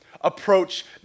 approach